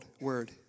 word